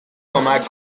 کمک